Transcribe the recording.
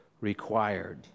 required